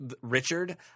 Richard